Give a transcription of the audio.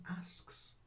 asks